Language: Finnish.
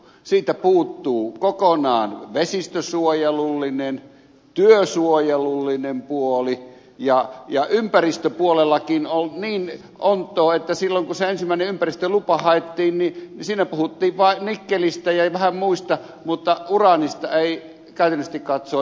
siitä puuttuu kokonaan vesistönsuojelullinen ja työsuojelullinen puoli ja ympäristöpuolellakin oli niin onttoa että silloin kun se ensimmäinen ympäristölupa haettiin siinä puhuttiin vaan nikkelistä ja vähän muista mutta uraanista ei käytännöllisesti katsoen yhtään mitään